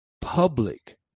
public